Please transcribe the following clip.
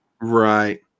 right